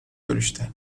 görüşte